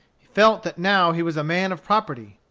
he felt that now he was a man of property.